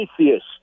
atheist